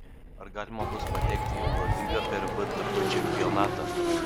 ar galima bus patekti į eurolygą per vtb čempionatą